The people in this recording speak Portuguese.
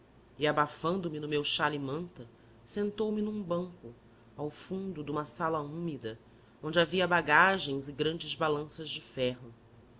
e abafando me no meu xale manta sentoume num banco ao fundo de uma sala úmida onde havia bagagens e grandes balanças de ferro